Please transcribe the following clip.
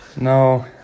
No